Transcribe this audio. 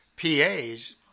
PAs